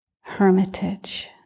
hermitage